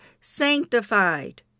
sanctified